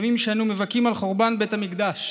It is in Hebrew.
ימים שבהם אנו מבכים על חורבן בית המקדש.